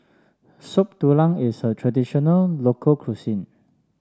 Soup Tulang is a traditional local cuisine